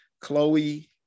Chloe